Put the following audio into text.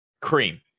cream